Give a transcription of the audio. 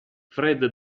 fred